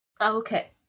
Okay